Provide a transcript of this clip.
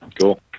Cool